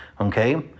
okay